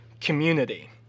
community